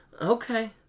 Okay